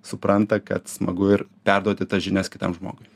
supranta kad smagu ir perduoti tas žinias kitam žmogui